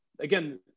again